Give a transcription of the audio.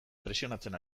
presionatzen